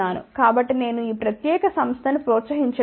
కాబట్టి నేను ఈ ప్రత్యేక సంస్థ ను ప్రోత్సహించడం లేదు